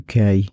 UK